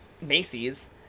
Macy's